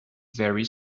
very